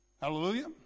Hallelujah